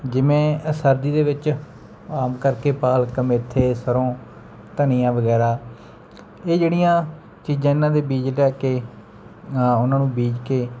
ਜਿਵੇਂ ਸਰਦੀ ਦੇ ਵਿੱਚ ਆਮ ਕਰਕੇ ਪਾਲਕ ਮੇਥੇ ਸਰ੍ਹੋਂ ਧਨੀਆ ਵਗੈਰਾ ਇਹ ਜਿਹੜੀਆਂ ਚੀਜ਼ਾਂ ਇਹਨਾਂ ਦੇ ਬੀਜ ਲੈ ਕੇ ਉਹਨਾਂ ਨੂੰ ਬੀਜ ਕੇ